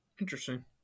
interesting